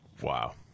wow